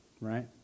right